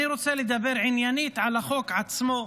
אני רוצה לדבר עניינית על החוק עצמו,